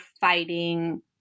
fighting